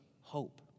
hope